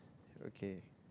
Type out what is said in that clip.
okay